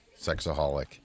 sexaholic